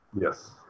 yes